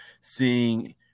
seeing